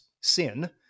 sin